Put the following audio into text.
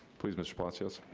please, mr. potts, yes?